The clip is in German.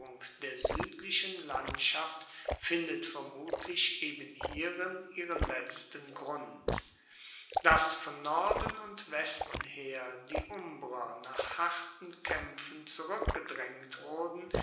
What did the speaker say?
der suedlichen landschaft findet vermutlich eben hierin ihren letzten grund dass von norden und westen her die umbrer nach harten kaempfen zurueckgedraengt wurden